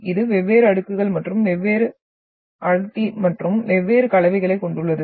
இது வெவ்வேறு அடுக்குகள் மற்றும் வெவ்வேறு அடர்த்தி மற்றும் வெவ்வேறு கலவைகளைக் கொண்டுள்ளது